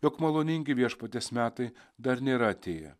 jog maloningi viešpaties metai dar nėra atėję